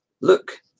Look